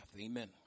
Amen